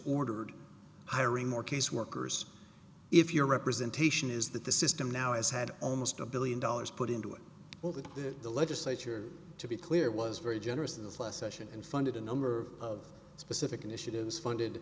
ordered hiring more caseworkers if your representation is that the system now is had almost a billion dollars put into it well that the legislature to be clear was very generous in this last session and funded a number of specific initiatives funded